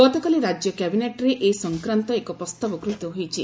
ଗତକାଲି ରାଜ୍ୟ କ୍ୟାବିନେଟ୍ରେ ଏ ସଂକ୍ରାନ୍ତ ଏକ ପ୍ରସ୍ତାବ ଗୃହୀତ ହୋଇଛି